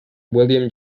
william